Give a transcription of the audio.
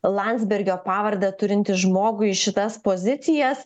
landsbergio pavardę turintį žmogų į šitas pozicijas